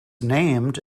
named